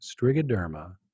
Strigoderma